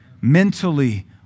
Mentally